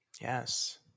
Yes